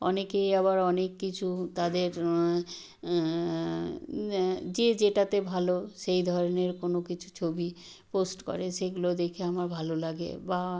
অনেকেই আবার অনেক কিছু তাদের যে যেটাতে ভালো সেই ধরনের কোনো কিছু ছবি পোস্ট করে সেগুলো দেখে আমার ভালো লাগে বা